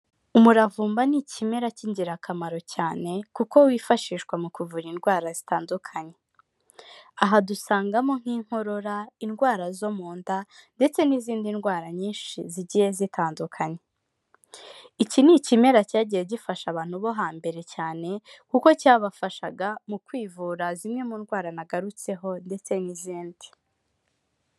Umuravumba ni ikimera cy'ingirakamaro cyane kuko wifashishwa mu kuvura indwara zitandukanye. Aha dusangamo nk'inkorora, indwara zo mu nda, ndetse n'izindi ndwara nyinshi zigiye zitandukanye. Iki ni ikimera cyagiye gifasha abantu bo hambere cyane kuko cyabafashaga mu kwivura zimwe mu ndwara nagarutseho ndetse n'izindi.